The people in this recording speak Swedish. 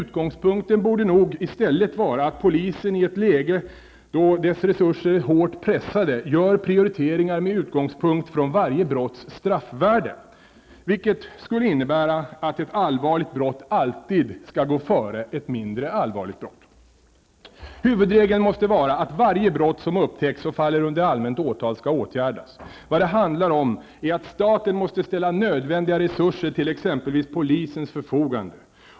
Utgångspunkten borde nog i stället vara att polisen i ett läge då dess resurser är hårt pressade gör prioriteringar med utgångspunkt från varje brotts straffvärde, vilket skulle innebära att ett allvarligt brott alltid skall gå före ett mindre allvarligt brott. Huvudregeln måste vara att varje brott som upptäcks och faller under allmänt åtal skall åtgärdas. Vad det handlar om är att staten måste ställa nödvändiga resurser till exempelvis polisens förfogande.